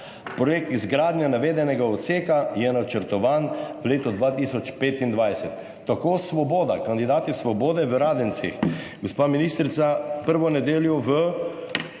projekt izgradnje navedenega odseka je načrtovan v letu 2025. Tako Svoboda, kandidati Svobode v Radencih. Gospa ministrica, prvo nedeljo v